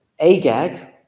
Agag